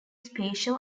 spatial